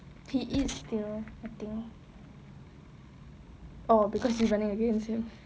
he is still I think oh because he running for it also